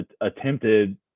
attempted